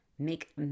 make